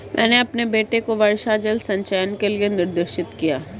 मैंने अपने बेटे को वर्षा जल संचयन के लिए निर्देशित किया